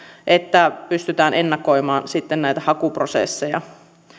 että pystytään ennakoimaan sitten näitä hakuprosesseja